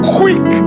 quick